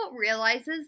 realizes